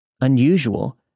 Unusual